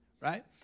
right